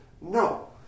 No